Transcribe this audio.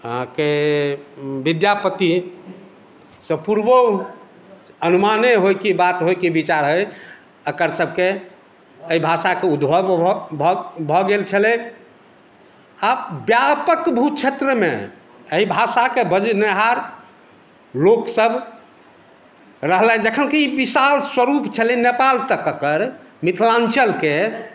अहाँकेँ विद्यापतिसँ पूर्वहुँ अनुमाने होय कि बात होय कि विचार होय अकर सबके एहि भाषा कऽ उद्भव भऽ गेल छलै आब व्यापक भू क्षेत्रमे एहि भाषाकेँ बजनिहार लोकसब रहलनि जखन कि विशाल स्वरुप छलै नेपाल तक एकर मिथिलाञ्चलके